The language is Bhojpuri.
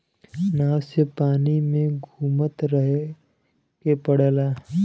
नाव से पानी में घुमत रहे के पड़ला